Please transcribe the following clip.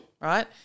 right